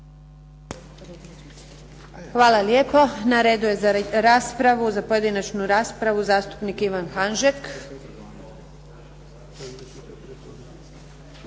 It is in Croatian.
Hvala lijepo. Na redu je za raspravu za pojedinačnu raspravu, zastupnik Ivan Hanžek.